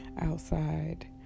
outside